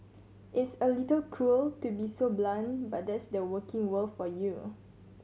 it's a little cruel to be so blunt but that's the working world for you